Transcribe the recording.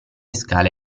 scale